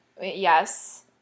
Yes